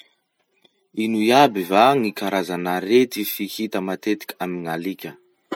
Ino iaby va gny karazan'arety fihita matetiky amy gn'alika?